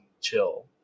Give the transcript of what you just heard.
chill